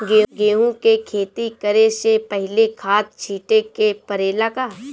गेहू के खेती करे से पहिले खाद छिटे के परेला का?